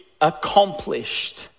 accomplished